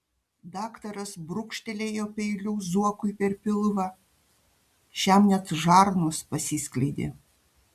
daktaras brūkštelėjo peiliu zuokui per pilvą šiam net žarnos pasiskleidė